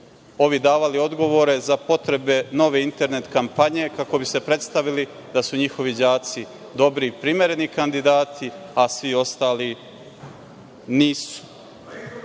ovi davali odgovore za potrebe nove internet kampanje kako bi se predstavili da su njihovi đaci dobri i primereni kandidati, a svi ostali